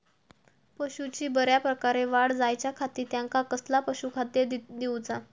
पशूंची बऱ्या प्रकारे वाढ जायच्या खाती त्यांका कसला पशुखाद्य दिऊचा?